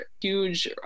huge